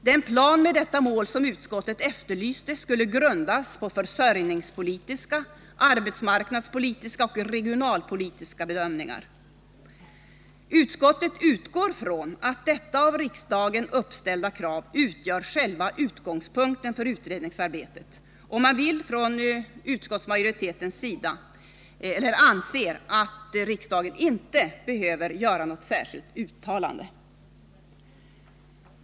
Den plan med detta mål som utskottet efterlyste skulle grundas på försörjningspolitiska, arbetsmarknadspolitiska och regionatpolitiska bedömningar ———. Utskottet utgår från att detta av riksdagen uppställda krav utgör själva utgångspunkten för utredningsarbetet.” Utskottsmajoriteten anser att riksdagen inte behöver göra något särskilt uttalande.